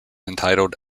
entitled